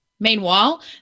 Meanwhile